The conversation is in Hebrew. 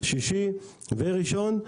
שישי וראשון,